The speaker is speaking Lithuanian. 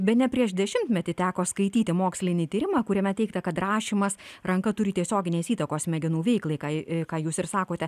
bene prieš dešimtmetį teko skaityti mokslinį tyrimą kuriame teigta kad rašymas ranka turi tiesioginės įtakos smegenų veiklai kai ką jūs ir sakote